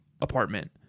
apartment